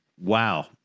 Wow